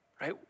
Right